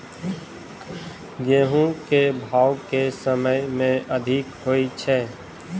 गेंहूँ केँ भाउ केँ समय मे अधिक होइ छै?